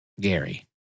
Gary